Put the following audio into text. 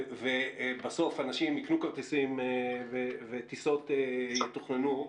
ובסוף אנשים יקנו כרטיסים וטיסות יתוכננו.